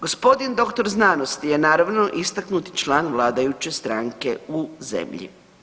Gospodin doktor znanosti je naravno istaknuti član vladajuće stranke u zemlji.